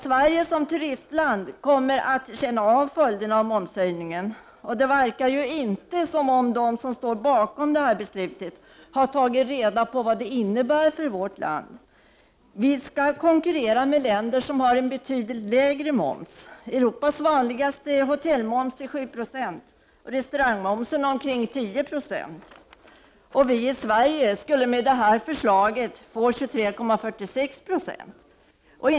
Sverige som turistland kommer att känna av följderna av momshöjningen, och det verkar inte som om de som står bakom detta beslut har tagit reda på vad det innebär för vårt land. Vi skall konkurrera med länder som har en betydligt lägre moms. Europas vanligaste hotellmoms är 7 96 och restaurangmomsen ca 10 40. I Sverige skulle denna moms med detta förslag bli 23,46 96.